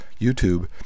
YouTube